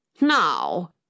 Now